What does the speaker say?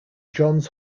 johns